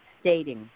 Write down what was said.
stating